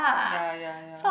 ya ya ya